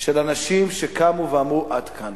של אנשים שקמו ואמרו: עד כאן.